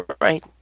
right